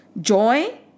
Joy